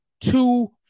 two